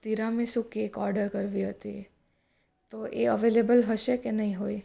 tiramisu cake order કરવી હતી તો એ અવેલેબલ હશે કે નહીં હોય